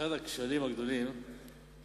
אחד הכשלים הגדולים